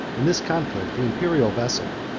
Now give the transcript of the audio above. in this conflict, the imperial vessel,